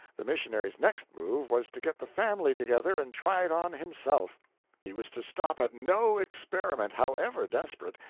the missionary's next move was to get the family together and try it on himself he was to stop at no experiment, however desperate,